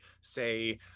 say